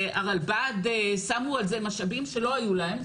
הרלב"ד שמו על זה משאבים שלא היו להם,